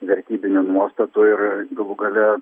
vertybinių nuostatų ir galų gale